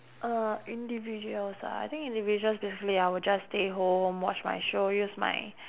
uh individuals ah I think individuals basically I will just stay home watch my show use my